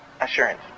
assurance